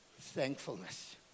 Thankfulness